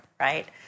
right